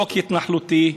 חוק התנחלותי,